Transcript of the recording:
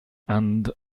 and